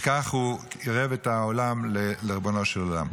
וכך הוא קירב את העולם לריבונו של עולם.